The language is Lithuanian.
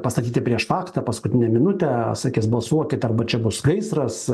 pastatyta prieš faktą paskutinę minutę sakys balsuokit arba čia bus gaisras